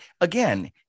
again